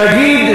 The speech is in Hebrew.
תגיד.